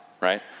right